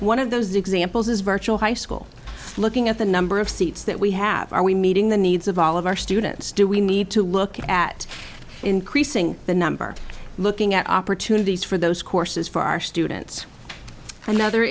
one of those examples is virtual high school looking at the number of seats that we have are we meeting the needs of all of our students do we need to look at increasing the number looking at opportunities for those courses for our students another